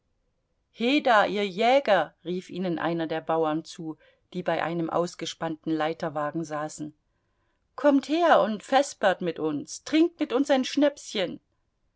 heda ihr jäger rief ihnen einer der bauern zu die bei einem ausgespannten leiterwagen saßen kommt her und vespert mit uns trinkt mit uns ein schnäpschen